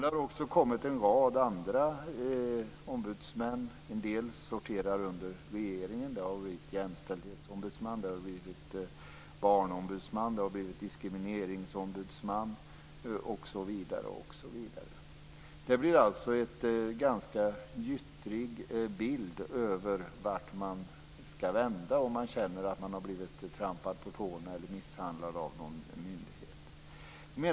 Det har också tillkommit en rad andra ombudsmän. En del sorterar under regeringen, som Jämställdhetsombudsmannen, Barnombudsmannen, Diskrimineringsombudsmannen osv. Det har blivit en ganska gyttrig bild av vart man skall vända sig, om man känner sig trampad på tårna eller misshandlad av någon myndighet.